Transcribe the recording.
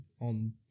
on